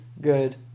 good